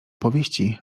powieści